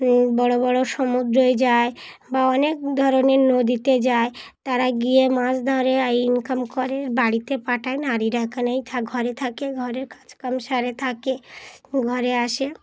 বড়ো বড়ো সমুদ্রই যায় বা অনেক ধরনের নদীতে যায় তারা গিয়ে মাছ ধরে এই ইনকাম করে বাড়িতে পাঠায় নারীরা এখানেই ঘরে থাকে ঘরের কাজকাম সারে থাকে ঘরে আসে